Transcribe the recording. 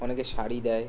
অনেকে শাড়ি দেয়